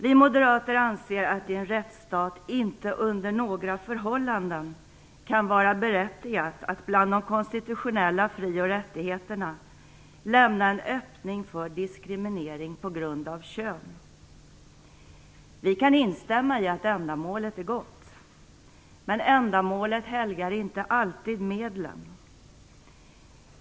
Vi moderater anser att det i en rättsstat inte under några förhållanden kan vara berättigat att bland de konstitutionella fri och rättigheterna lämna en öppning för diskriminering på grund av kön. Vi kan instämma i att ändamålet är gott. Men ändamålet helgar inte alltid medlen.